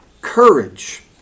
courage